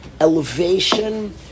elevation